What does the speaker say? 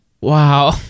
Wow